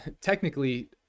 technically